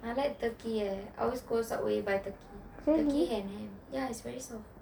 I like turkey eh I always go subway buy turkey turkey and ham ya it's very soft